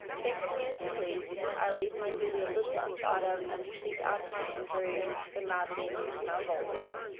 think of me as you please. i leave my duty a little unthought of, and speak out of my injury. the madly-us'd malvolio.